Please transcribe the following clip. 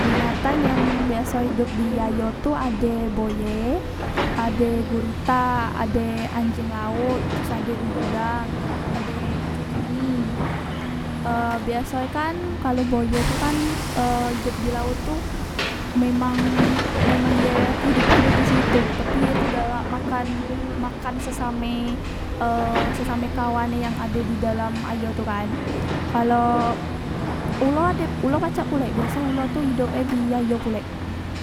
Binatang yang biasoe idop di ayo tu ade buaye ade gurita ade anjeng laot teros ade udang ade cumi e biaso e kan kalo buaye tu kan e idop di laot tu memang memang ye kehidupan e disitu taoi ye tu galak makan makan sesame e sesame kawane yang ade di dalam ayo tu kan kalok ulo ad ulo pacak pulek biaso ulo tu idop e di ayo pulek